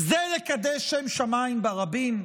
זה לקדש שם שמיים ברבים?